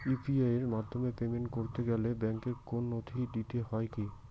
UPI এর মাধ্যমে payment করতে গেলে ব্যাংকের কোন নথি দিতে হয় কি?